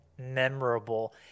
memorable